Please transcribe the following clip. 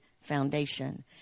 Foundation